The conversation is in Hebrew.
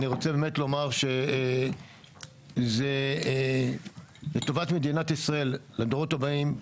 אני רוצה באמת לומר שזה לטובת מדינת ישראל לדורות הבאים,